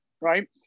Right